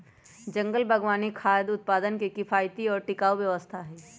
जंगल बागवानी खाद्य उत्पादन के किफायती और टिकाऊ व्यवस्था हई